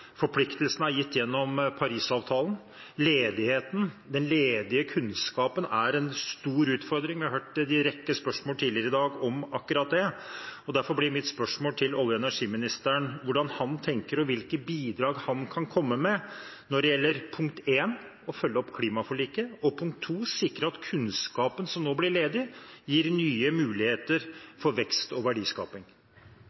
Forpliktelsene er gitt gjennom Paris-avtalen. Ledigheten, den ledige kunnskapen, er en stor utfordring. Vi har hørt en rekke spørsmål tidligere i dag om akkurat det, og derfor blir mitt spørsmål til olje- og energiministeren hvordan han tenker, og hvilke bidrag han kan komme med når det gjelder punkt én, å følge opp klimaforliket, og punkt to, sikre at kunnskapen som nå blir ledig, gir nye muligheter